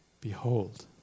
Behold